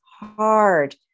hard